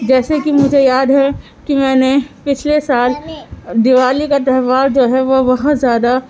جیسے کہ مجھے یاد ہے کہ میں نے پچھلے سال دیوالی کا تہوار جو ہے وہ بہت زیادہ